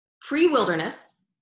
pre-wilderness